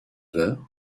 heures